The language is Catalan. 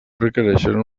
requereixen